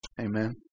Amen